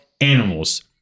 animals